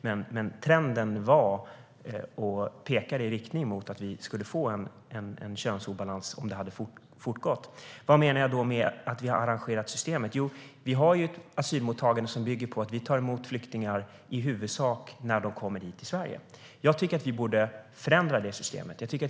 Men trenden pekade mot att vi skulle få en könsobalans, om det hade fortgått. När det gäller hur systemet är arrangerat menade jag att vi har ett asylmottagande som bygger på att vi tar emot flyktingar i huvudsak när de kommer hit till Sverige. Vi borde förändra det systemet.